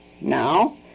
now